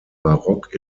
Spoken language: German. barock